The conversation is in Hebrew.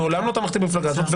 מעולם לא תמכתי במפלגה הזאת,